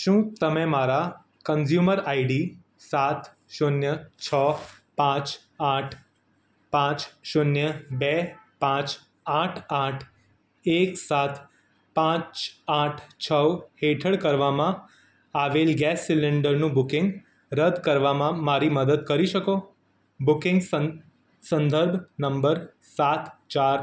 શું તમે મારા કન્ઝ્યુમર આઈડી સાત શૂન્ય છ પાંચ આઠ પાંચ શૂન્ય બે પાંચ આઠ આઠ એક સાત પાંચ આઠ છ હેઠળ કરવામાં આવેલ ગેસ સિલિન્ડરનું બુકિંગ રદ કરવામાં મારી મદદ કરી શકો બુકિંગ સંદર્ભ નંબર સાત ચાર